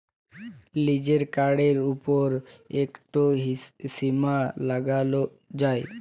লিজের কাড়ের উপর ইকট সীমা লাগালো যায়